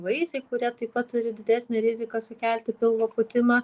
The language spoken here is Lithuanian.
vaisiai kurie taip pat turi didesnę riziką kelti pilvo pūtimą